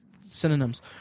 synonyms